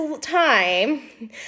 time